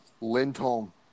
Lindholm